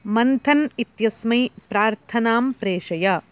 मन्थन् इत्यस्मै प्रार्थनां प्रेषय